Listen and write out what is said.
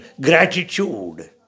gratitude